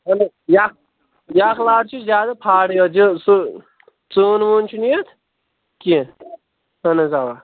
چلو یہِ اَکھ یہِ اَکھ لاٹ چھِ زیادٕ پھاڑٕے یوت یہِ سُہ ژٕوُن وٕوُن چھُنہٕ یَتھ کیٚنہہ اَہن حظ اَوا